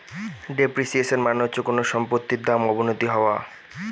depreciation মানে হচ্ছে কোনো সম্পত্তির দাম অবনতি হওয়া